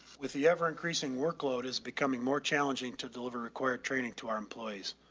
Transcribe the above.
with the ever increasing workload is becoming more challenging to deliver required training to our employees.